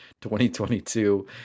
2022